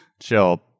chill